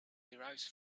derives